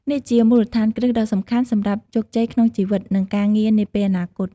នេះជាមូលដ្ឋានគ្រឹះដ៏សំខាន់សម្រាប់ជោគជ័យក្នុងជីវិត និងការងារនាពេលអនាគត។